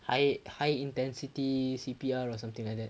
high high intensity C_P_R or something like that